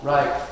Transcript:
Right